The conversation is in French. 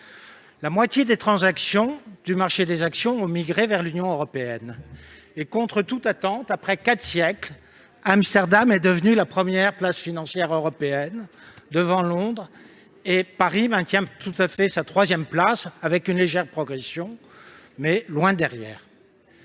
La moitié des transactions du marché des actions ont migré vers l'Union européenne. Contre toute attente, après quatre siècles, Amsterdam est devenue la première place financière européenne, devant Londres. Paris maintient sa troisième place, en légère progression, mais loin derrière,